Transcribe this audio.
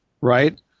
right